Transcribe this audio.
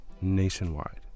nationwide